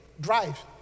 Drive